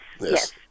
Yes